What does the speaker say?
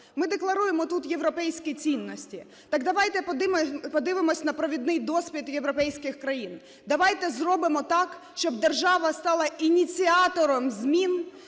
Ми декларуємо тут європейські цінності, так давайте подивимося на провідний досвід європейських країн. Давайте зробимо так, щоб держава стала ініціатором змін,